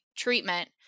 treatment